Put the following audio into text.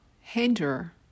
hinder